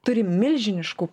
turi milžiniškų